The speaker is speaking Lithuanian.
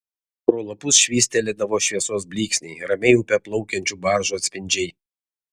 pro lapus švystelėdavo šviesos blyksniai ramiai upe plaukiančių baržų atspindžiai